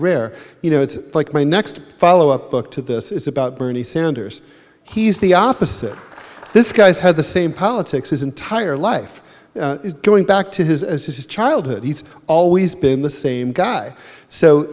rare you know it's like my next follow up book to this is about bernie sanders he's the opposite this guy's had the same politics his entire life going back to his as his childhood he's always been the same guy